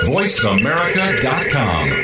VoiceAmerica.com